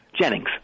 Jennings